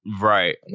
right